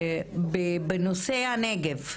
בנושא הנגב,